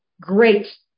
great